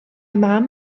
mam